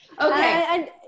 Okay